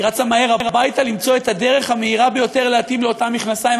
היא רצה מהר הביתה למצוא את הדרך המהירה ביותר להתאים לאותם מכנסיים,